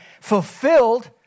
fulfilled